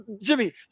Jimmy